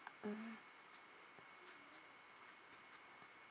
um